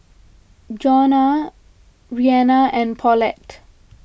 Johnna Reanna and Paulette